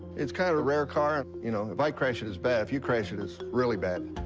it's kind of a rare car. you know. if i crash and it's bad. if you crash it, it's really bad.